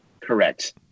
Correct